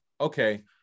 okay